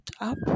up